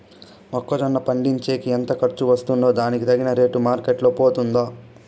మొక్క జొన్న పండించేకి ఎంత ఖర్చు వస్తుందో దానికి తగిన రేటు మార్కెట్ లో పోతుందా?